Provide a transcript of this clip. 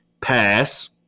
Pass